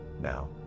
now